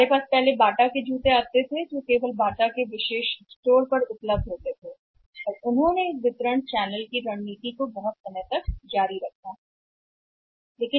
हमारे पास अतीत में कुछ समय था कि बाटा जूते केवल बाटा के अनन्य स्टोर में उपलब्ध है और वे के लिए रणनीति के साथ जारी रखा अधिक समय के लिए वितरण चैनल